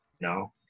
No